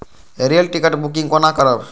Rail ticket booking कोना करब?